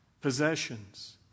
possessions